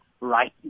right